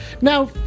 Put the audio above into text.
now